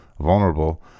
vulnerable